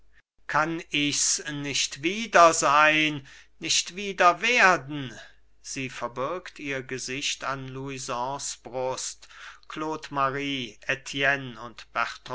kann ichs nicht wieder sein nicht wieder werden sie verbirgt ihr gesicht an louisons brust claude marie etienne und